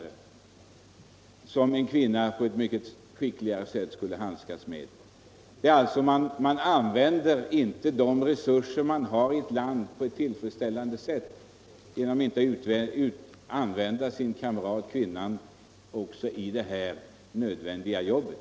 En kvinna skulle även här passa bättre i försvarets tjänst.